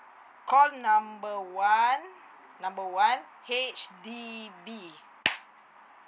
one number one number one H_D_B